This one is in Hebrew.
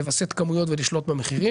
לווסת כמויות ולשלוט במחירים.